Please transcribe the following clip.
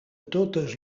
totes